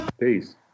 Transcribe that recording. Peace